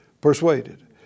persuaded